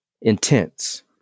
Intense